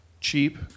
cheap